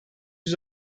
yüz